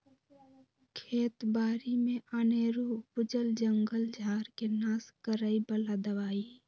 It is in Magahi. खेत बारि में अनेरो उपजल जंगल झार् के नाश करए बला दबाइ